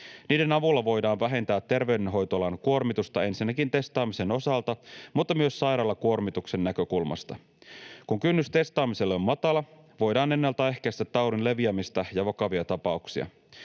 Niiden avulla voidaan vähentää terveydenhoitoalan kuormitusta ensinnäkin testaamisen osalta mutta myös sairaalakuormituksen näkökulmasta. Kun kynnys testaamiselle on matala, voidaan ennaltaehkäistä taudin leviämistä ja vakavia tapauksia.